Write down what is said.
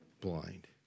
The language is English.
blind